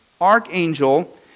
archangel